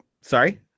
sorry